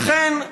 נא